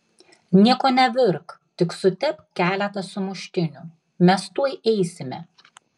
nieko nevirk tik sutepk keletą sumuštinių mes tuoj eisime